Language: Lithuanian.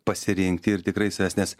pasirinkti ir tikrai senesnes